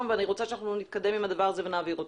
ואני רוצה שאנחנו נתקדם עם הדבר הזה ונעביר אותו.